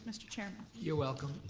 mr. chairman. you're welcome.